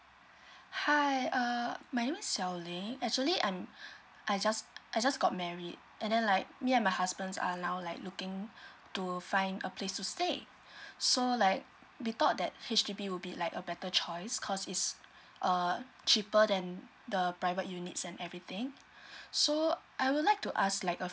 hi uh my name is xiao ling actually I'm I just I just got married and then like me and my husband are now like looking to find a place to stay so like we thought that H_D_B will be like a better choice cause is uh cheaper than the private units and everything so I would like to ask like